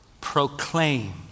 proclaim